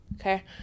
okay